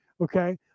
Okay